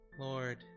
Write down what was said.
Lord